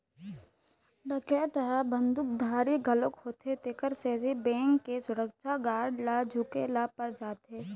डकैत ह बंदूकधारी घलोक होथे तेखर सेती बेंक के सुरक्छा गार्ड ल झूके ल पर जाथे